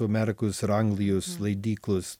amerikos ir anglijos leidyklos